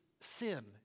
sin